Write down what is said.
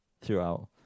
throughout